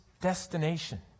destination